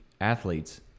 athletes